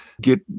get